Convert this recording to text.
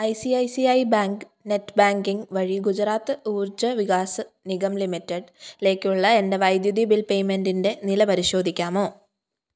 I C I C I bank net banking വഴി ഗുജറാത്ത് ഊർജ വികാസ് നിഗം ലിമിറ്റഡിലേക്കുള്ള എൻ്റെ വൈദ്യുതി ബിൽ പേയ്മെൻ്റിൻ്റെ നില പരിശോധിക്കാമോ